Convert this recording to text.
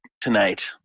tonight